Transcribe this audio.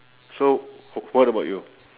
so w~ what about you